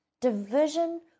Division